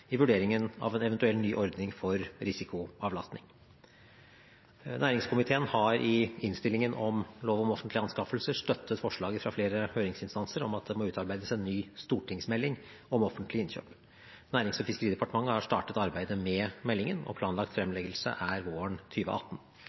i vurderingen av en eventuell ny ordning for risikoavlastning. Næringskomiteen har i innstillingen om lov om offentlige anskaffelser støttet forslaget fra flere høringsinstanser om at det må utarbeides en ny stortingsmelding om offentlige innkjøp. Nærings- og fiskeridepartementet har startet arbeidet med meldingen, og planlagt fremleggelse er våren